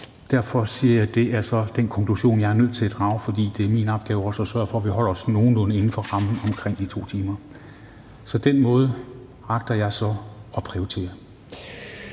Derfor siger jeg, at det så er den konklusion, jeg er nødt til at drage, for det er min opgave også at sørge for, at vi holder os nogenlunde inden for rammen på omkring de to timer. Så det er den måde, jeg agter at prioritere